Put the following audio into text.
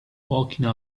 walking